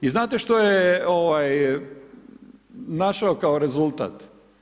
I znate što je našao kao rezultat?